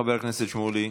חבר הכנסת שמולי,